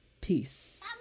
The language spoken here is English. peace